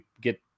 get